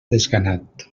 desganat